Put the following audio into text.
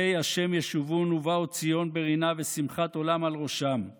ה' ישובון ובאו ציון ברנה ושמחת עולם על ראשם";